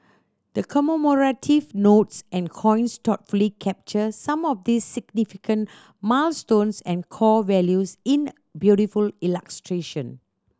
the commemorative notes and coins thoughtfully capture some of these significant milestones and core values in beautiful illustration